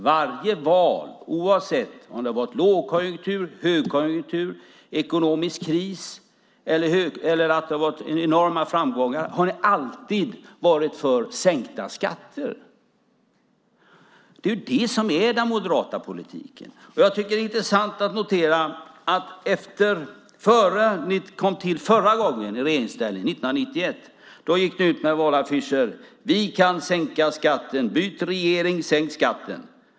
Vid varje val, oavsett om det varit lågkonjunktur, högkonjunktur, ekonomisk kris eller enorma framgångar, har ni alltid varit för sänkta skatter. Det är ju det som är den moderata politiken. Jag tycker att det är intressant att notera att innan ni kom i regeringsställning förra gången, 1991, gick ni ut med valaffischer där det stod: Vi kan sänka skatten! Byt regering, sänk skatten!